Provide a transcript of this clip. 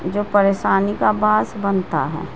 جو پریشانی کا باعث بنتا ہے